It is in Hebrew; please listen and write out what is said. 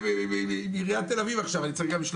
1 הסתייגות מס' 6 לא